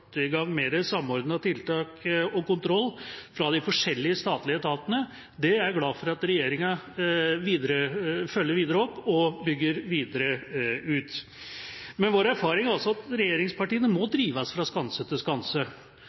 tiltak og kontroll fra de forskjellige statlige etatene. Det er jeg glad for at regjeringa følger opp og bygger ut videre. Men vår erfaring er altså at regjeringspartiene må drives fra skanse til skanse.